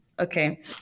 Okay